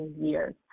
years